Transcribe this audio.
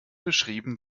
beschrieben